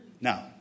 Now